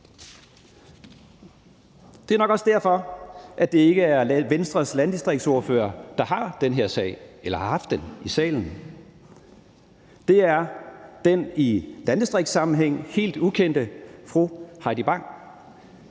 Det er nok også derfor, det ikke er Venstres landdistriktsordfører, der har den her sag eller har haft den i salen; det er den i landdistriktssammenhæng helt ukendte fru Heidi Bank.